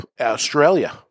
Australia